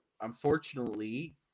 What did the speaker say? unfortunately